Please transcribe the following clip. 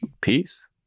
Peace